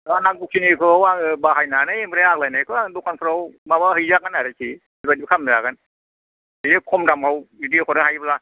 बा नांगौखिनिखौ आङो बाहायनानै ओमफ्राय आग्लायनायखौ आं दखानफ्राव माबा हैजागोन आरोखि बेबायदिबो खालाम जागोन बियो खम दामाव बिदि हरनो हायोब्ला